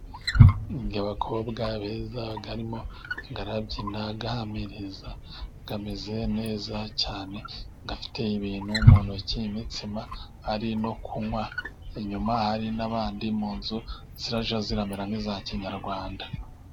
Aba bakobwa beza barimo barabyina, bahamiriza, bameze neza cyane. Bafite ibintu mu ntoki imitsima bari no kunywa. Inyuma hari n'abandi, mu nzu zirajya ziramera nk'iza kinyarwanda.